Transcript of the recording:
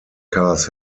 cars